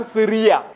Syria